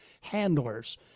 handlers